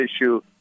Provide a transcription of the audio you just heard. issue